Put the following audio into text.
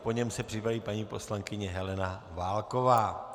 Po něm se připraví paní poslankyně Helena Válková.